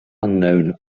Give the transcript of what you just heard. unknown